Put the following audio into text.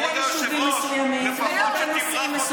אבל אני ישבתי אתמול עם חבר הכנסת טיבי וחבר הכנסת סעדי,